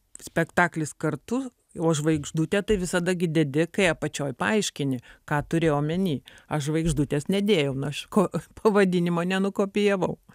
spektaklis kartu o žvaigždutę tai visada gi dedi kai apačioj paaiškini ką turi omeny aš žvaigždutės nedėjau nu aš ko pavadinimo nenukopijavau